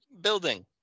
building